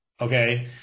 okay